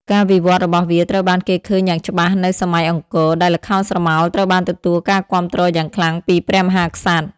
ការវិវត្តន៍របស់វាត្រូវបានគេឃើញយ៉ាងច្បាស់នៅសម័យអង្គរ ដែលល្ខោនស្រមោលត្រូវបានទទួលការគាំទ្រយ៉ាងខ្លាំងពីព្រះមហាក្សត្រ។